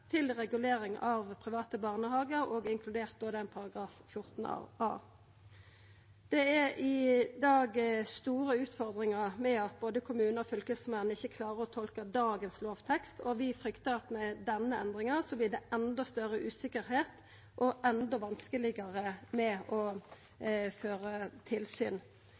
til regulering av private barnehagar, òg inkludert da § 14 a. Det er i dag store utfordringar med at både kommunar og fylkesmenn ikkje klarar å tolka dagens lovtekst, og vi fryktar at med denne endringa blir det enda større usikkerheit og enda vanskelegare å føra tilsyn.